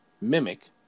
Mimic